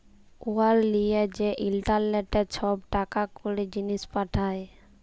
উয়ার লিয়ে যে ইলটারলেটে ছব টাকা কড়ি, জিলিস পাঠায়